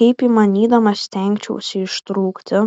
kaip įmanydamas stengčiausi ištrūkti